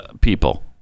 people